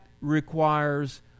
requires